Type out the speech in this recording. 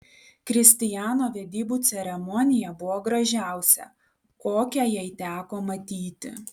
kristijano vedybų ceremonija buvo gražiausia kokią jai teko matyti